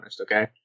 okay